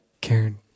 Karen